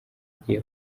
agiye